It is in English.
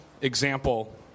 example